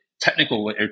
technical